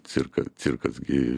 cirkas cirkas gi